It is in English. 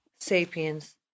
Sapien's